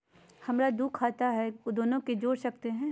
हमरा दू खाता हय, दोनो के जोड़ सकते है?